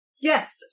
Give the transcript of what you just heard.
Yes